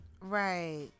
Right